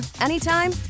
anytime